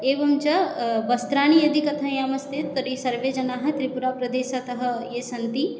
एवं च वस्त्राणि यदि कथयामश्चेत् सर्वे जनाः त्रिपुरप्रदेशतः ये सन्ति